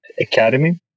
Academy